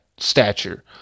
stature